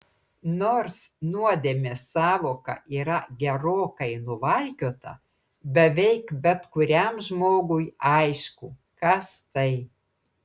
nors nuodėmės sąvoka yra gerokai nuvalkiota beveik bet kuriam žmogui aišku kas tai